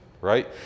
right